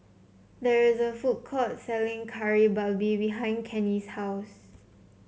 there is a food court selling Kari Babi behind Kenny's house